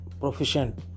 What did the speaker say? Proficient